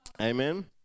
Amen